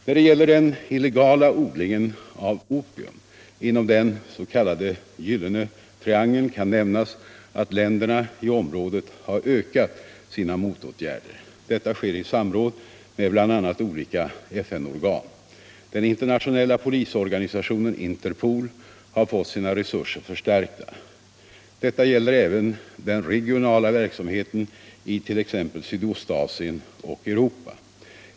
När det gäller den illegala odlingen av opium inom den s.k. gyllene triangeln kan nämnas att länderna i området har ökat sina motåtgärder. Detta sker i samråd med bl.a. olika FN-organ. Den internationella polisorganisationen Interpol har fått sina resurser förstärkta. Detta gäller även den regionala verksamheten i t.ex. Sydostasien och Europa.